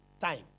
time